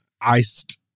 iced